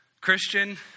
Christian